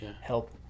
help